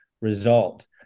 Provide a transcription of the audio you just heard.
result